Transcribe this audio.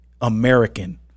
American